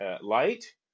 light